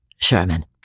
Sherman